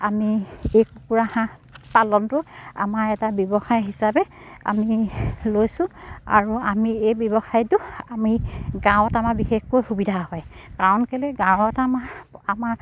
আমি এই কুকুৰা হাঁহ পালনটো আমাৰ এটা ব্যৱসায় হিচাপে আমি লৈছোঁ আৰু আমি এই ব্যৱসায়টো আমি গাঁৱত আমাৰ বিশেষকৈ সুবিধা হয় কাৰণ কেলৈ গাঁৱত আমাৰ আমাৰ